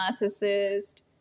narcissist